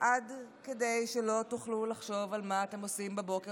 עד כדי כך שלא תוכלו לחשוב מה אתם עושים בבוקר